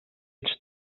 ets